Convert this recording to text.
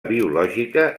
biològica